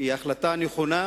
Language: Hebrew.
היא החלטה נכונה,